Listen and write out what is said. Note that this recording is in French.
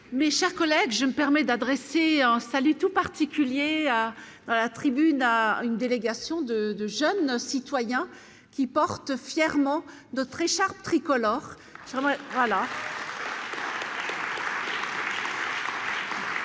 Mes chers collègues, je me permets d'adresser un salut tout particulier. à la tribune à une délégation de 2 jeunes citoyens qui porte fièrement d'autres écharpes tricolores,